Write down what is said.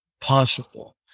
possible